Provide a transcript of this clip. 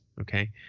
okay